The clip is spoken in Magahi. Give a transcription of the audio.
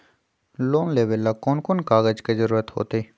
लोन लेवेला कौन कौन कागज के जरूरत होतई?